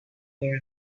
there